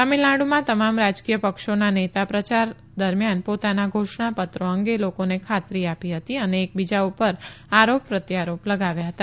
તમીલનાડુમાં તમામ રાજકીય પક્ષોના નેતા પ્રચાર દરમિયાન પોતાના ઘોષણાપત્રો અંગે લોકોને ખાતરી આપી હતી અને એકબીજા પર આરોપ પ્રત્યારોપ લગાવ્યા હતા